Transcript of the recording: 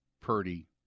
Purdy